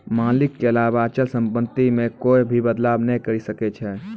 मालिक के अलावा अचल सम्पत्ति मे कोए भी बदलाव नै करी सकै छै